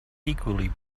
equally